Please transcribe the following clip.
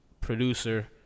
producer